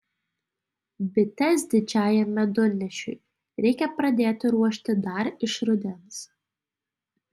bites didžiajam medunešiui reikia pradėti ruošti dar iš rudens